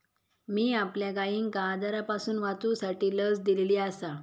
मी आपल्या गायिंका आजारांपासून वाचवूसाठी लस दिलेली आसा